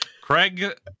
Craig